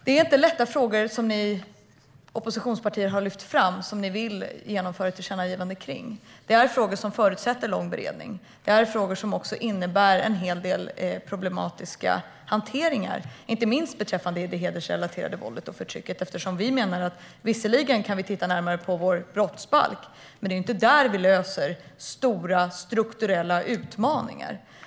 Det är inga lätta frågor som oppositionspartierna har lyft fram och vill göra ett tillkännagivande om. Det här är frågor som förutsätter lång beredning. Det är frågor som också innebär en hel del problematiska hanteringar, inte minst beträffande det hedersrelaterade våldet och förtrycket. Vi menar att visserligen kan vi titta närmare på vår brottsbalk, men det är ju inte där vi löser stora strukturella utmaningar.